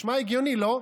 נשמע הגיוני, לא?